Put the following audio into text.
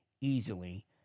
easily